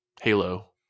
Halo